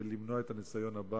חבר הכנסת יואל חסון.